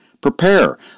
Prepare